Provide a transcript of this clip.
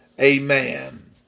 Amen